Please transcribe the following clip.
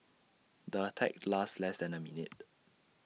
the attack lasted less than A minute